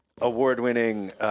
award-winning